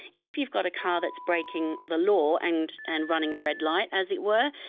if you've got a car that's braking the law and and running a red light, as it were,